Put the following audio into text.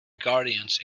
guardians